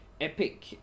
Epic